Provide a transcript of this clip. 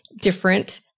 different